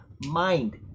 mind